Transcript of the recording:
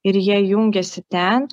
ir jie jungiasi ten